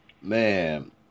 Man